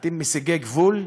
אתם מסיגי גבול,